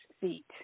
feet